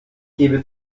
gebe